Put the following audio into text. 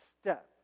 step